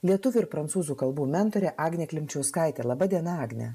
lietuvių ir prancūzų kalbų mentorė agnė klimčiauskaitė laba diena agne